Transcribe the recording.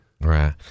Right